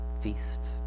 feast